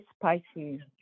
spicy